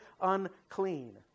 unclean